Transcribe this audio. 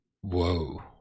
whoa